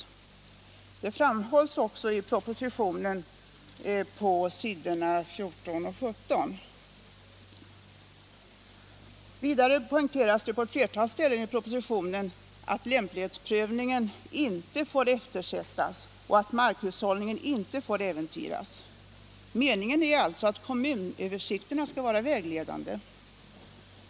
Detta framhålls också i propositionen på s. 14 och 17. Vidare poängteras på ett flertal ställen i propositionen att lämplighetsprövningen inte får eftersättas och att markhushållningen inte får äventyras. Meningen är alltså att kommunöversikterna skall vara vägledande.